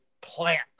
plant